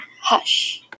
Hush